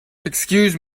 excuse